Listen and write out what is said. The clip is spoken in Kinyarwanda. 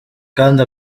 kandi